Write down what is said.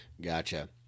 gotcha